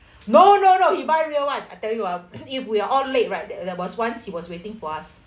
no no no he buy real [one] I tell you ah if we are all late right there there was once he was waiting for us